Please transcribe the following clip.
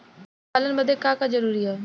मुर्गी पालन बदे का का जरूरी ह?